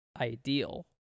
ideal